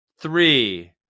three